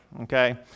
okay